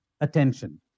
attention